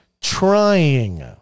trying